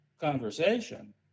conversation